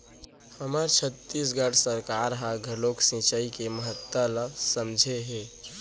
हमर छत्तीसगढ़ सरकार ह घलोक सिचई के महत्ता ल समझे हे